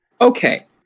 Okay